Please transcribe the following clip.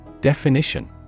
Definition